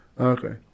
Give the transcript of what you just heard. Okay